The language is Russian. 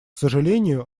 сожалению